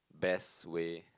best way